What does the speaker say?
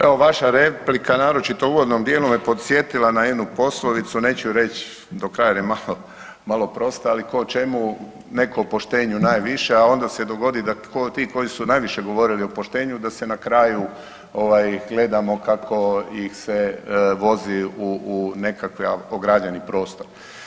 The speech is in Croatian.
Evo vaša replika naročito u uvodnom dijelu me podsjetila na jednu poslovicu, neću reći do kraja jer je malo prosta, ali tko o čemu, netko o poštenju najviše a onda se dogodi da ti koji su najviše govorili o poštenju da se na kraju gledamo kako ih se vozi u nekakav ograđeni prostor.